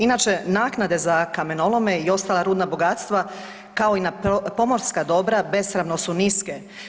Inače naknade za kamenolome i ostala rudna bogatstva kao i na pomorska dobra besramno niske.